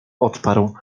odparł